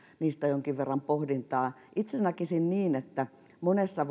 niistä jonkin verran pohdintaa itse näkisin niin että monessa